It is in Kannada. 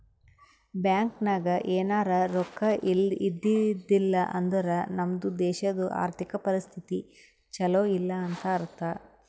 ಬ್ಯಾಂಕ್ ನಾಗ್ ಎನಾರೇ ರೊಕ್ಕಾ ಇದ್ದಿದ್ದಿಲ್ಲ ಅಂದುರ್ ನಮ್ದು ದೇಶದು ಆರ್ಥಿಕ್ ಪರಿಸ್ಥಿತಿ ಛಲೋ ಇಲ್ಲ ಅಂತ ಅರ್ಥ